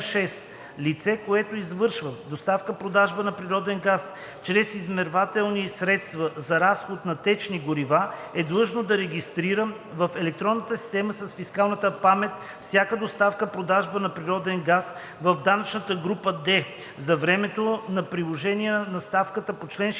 Лице, което извършва доставка/продажба на природен газ чрез измервателни средства за разход на течни горива, е длъжно да регистрира в електронната система с фискална памет всяка доставка/продажба на природен газ в данъчна група „Д“ за времето на приложение на ставката по чл. 66а.